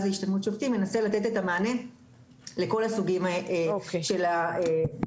להשתלמות שופטים מנסה לתת את המענה לכל הסוגים של ההשתלמויות.